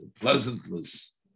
pleasantness